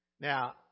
Now